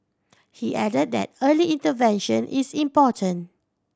he added that early intervention is important